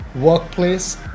workplace